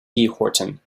horton